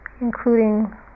including